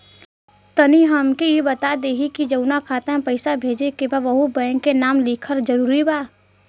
तनि हमके ई बता देही की जऊना खाता मे पैसा भेजे के बा ओहुँ बैंक के नाम लिखल जरूरी बा?